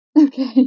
Okay